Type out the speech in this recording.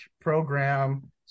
program